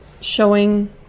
showing